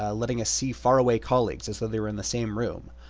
ah letting us see faraway colleagues as though they were in the same room,